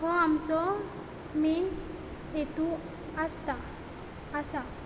हो आमचो मेन हेतू आसता आसा